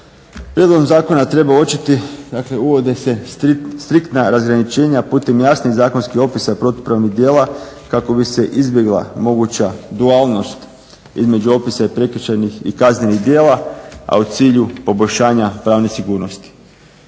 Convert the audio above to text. Prijedlogom zakona treba uočiti dakle uvode se striktna razgraničenja putem jasnih zakonskih opisa protupravnih djela kako bi se izbjegla moguća dualnost između opisa i prekršajnih i kaznenih djela, a u cilju poboljšanja pravne sigurnosti.